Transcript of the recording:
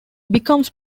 becomes